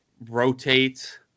rotate